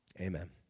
Amen